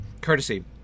courtesy